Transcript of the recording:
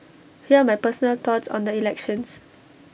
here are my personal thoughts on the elections